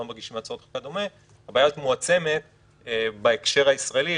לא מגישים הצעות חוק וכדומה הבעיה הזאת מועצמת בהקשר הישראלי.